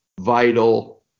vital